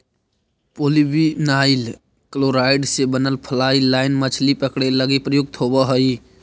polyvinyl chloride से बनल fly line मछली पकडे लगी प्रयुक्त होवऽ हई